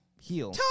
heal